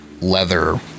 leather